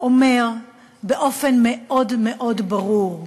אומר באופן מאוד מאוד ברור: